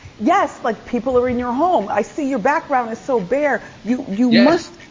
yes, like people are in your home. i see your background is so bare, you you must.